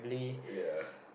ya